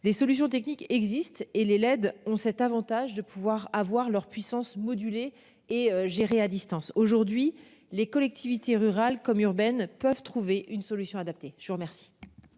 les solutions techniques existent et les leds ont cet Avantage de pouvoir avoir leur puissance moduler et gérer à distance aujourd'hui les collectivités rurales comme urbaines peuvent trouver une solution adaptée. Je vous remercie.